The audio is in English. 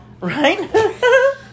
Right